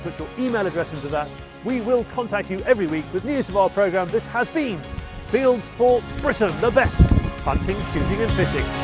put you email address into that we will contact you every week with news of our programme. this has been fieldsports britain. the best hunting, shooting and fishing.